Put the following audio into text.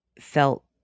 felt